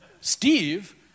Steve